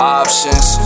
options